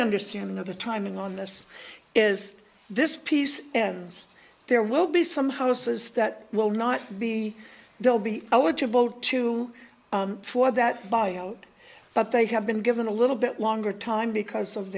understanding of the timing on this is this piece ends there will be some houses that will not be they'll be eligible to for that buyout but they have been given a little bit longer time because of